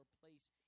place